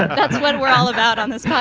that's what we're all about on this.